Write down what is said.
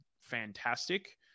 fantastic